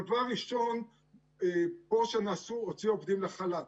דבר ראשון שנעשה פה הוא שהוציאו עובדים לחל"ת,